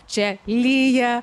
čia lyja